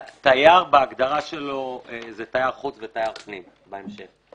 "תייר" בהגדרה שלו זה תייר חוץ ותייר פנים בהמשך.